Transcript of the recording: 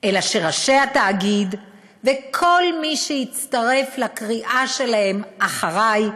אלא שראשי התאגיד וכל מי שהצטרף לקריאה שלהם "אחרי"